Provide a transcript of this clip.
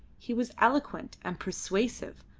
he was eloquent and persuasive,